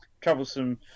troublesome